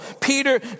Peter